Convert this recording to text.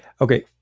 Okay